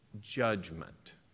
judgment